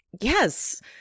Yes